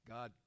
God